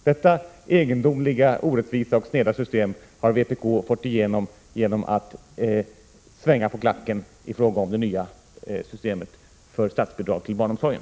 Detta egendomliga, orättvisa och sneda system har vpk fått igenom genom att svänga på klacken i fråga om det nya systemet för statsbidraget till barnomsorgen.